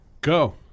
Go